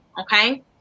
okay